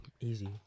easy